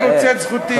אני רוצה את זכותי.